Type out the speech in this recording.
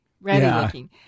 ready-looking